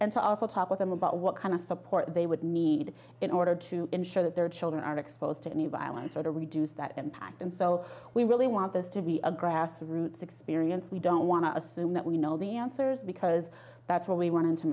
and to also talk with them about what kind of support they would need in order to ensure that their children are exposed to any violence or to reduce that impact and so we really want this to be a grass roots experience we don't want to assume that we know the answers because that's what we want